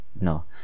no